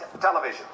television